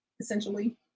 essentially